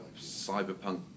cyberpunk